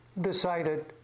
decided